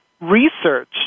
research